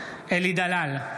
אלי דלל,